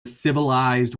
civilized